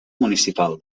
municipal